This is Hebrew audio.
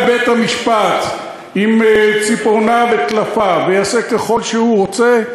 בית-המשפט עם ציפורניו וטלפיו ויעשה ככל שהוא רוצה,